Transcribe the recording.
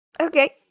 Okay